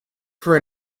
for